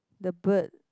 the bird